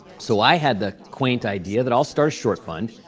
so i had the quaint idea that i'll start a short fund.